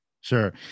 sure